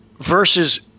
versus